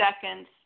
seconds